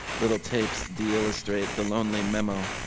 little tapes deillustrate the lonely memo.